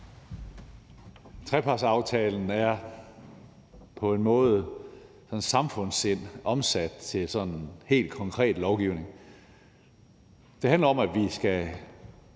Trepartsaftalen er på en måde samfundssind omsat til sådan helt konkret lovgivning. Det handler om, at vi skal